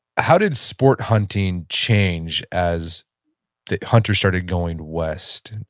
how did sport hunting change as the hunter started going west?